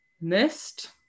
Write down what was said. missed